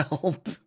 help